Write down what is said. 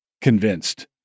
convinced